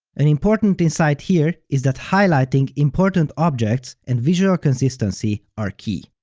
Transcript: an important insight here is that highlighting important objects and visual consistency are key.